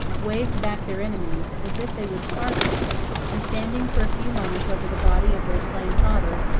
waved back their enemies, as if they would parley and standing for a few moments over the body of their slain father,